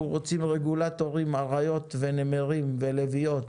אנחנו רוצים רגולטורים אריות ונמרים ולביאות,